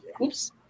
Oops